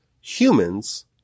humans